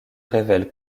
révèle